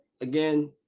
Again